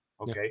Okay